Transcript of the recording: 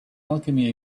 alchemy